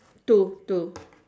two two